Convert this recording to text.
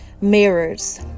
Mirrors